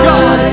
God